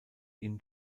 ihn